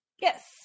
Yes